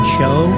show